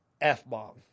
F-bomb